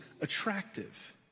attractive